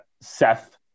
Seth